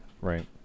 Right